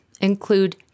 include